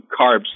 carbs